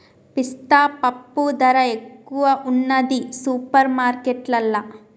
పిస్తా పప్పు ధర ఎక్కువున్నది సూపర్ మార్కెట్లల్లా